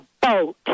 boat